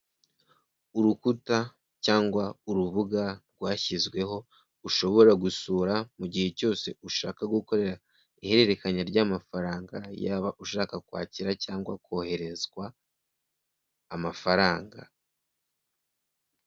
Urukuta cyangwa urubuga rwashyizweho ushobora gusura mu gihe cyose ushaka gukora ihererekanya ry'amafaranga yaba ushaka kwakira cyangwa kohererezwa amafaranga.